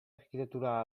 architettura